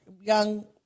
young